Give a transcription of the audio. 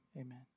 amen